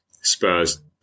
Spurs